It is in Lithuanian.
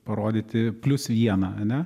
parodyti plius vieną ane